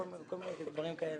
כל מיני דברים כאלה.